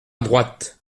droite